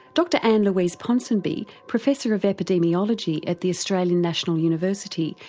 dr anne louise ponsonby, professor of epidemiology at the australian national university,